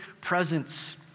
presence